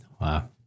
Wow